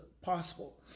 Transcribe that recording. possible